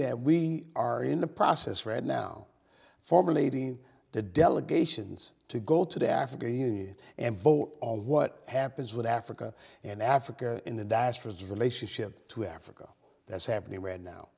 that we are in the process right now formulating the delegations to go to africa union and vote on what happens with africa and africa in the diasporas relationship to africa that's happening right now